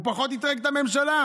הוא פחות אתרג את הממשלה,